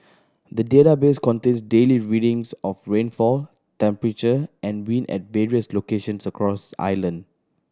the database contains daily readings of rainfall temperature and wind at various locations across island